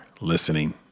listening